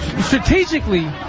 strategically